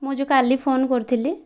ମୁଁ ଯେଉଁ କାଲି ଫୋନ୍ କରିଥିଲି